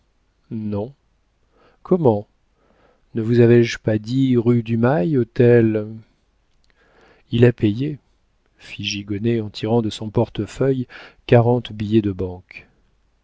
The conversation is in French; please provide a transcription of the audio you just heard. non comment ne vous avais-je pas dit rue du mail hôtel il a payé fit gigonnet en tirant de son portefeuille quarante billets de banque